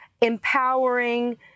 empowering